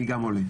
אני גם עולה.